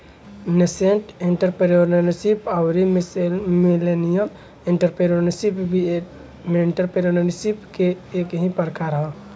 nascent entrepreneurship अउरी millennial entrepreneurship भी entrepreneurship के ही प्रकार ह